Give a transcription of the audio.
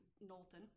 Knowlton